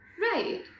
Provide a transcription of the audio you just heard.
Right